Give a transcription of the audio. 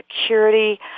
security